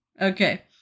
Okay